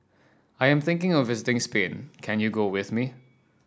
I am thinking of visiting Spain can you go with me